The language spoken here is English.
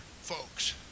folks